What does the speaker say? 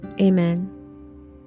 Amen